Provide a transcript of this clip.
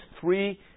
three